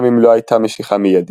גם אם לא הייתה משיכה מיידית.